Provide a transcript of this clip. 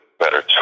better